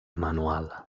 manual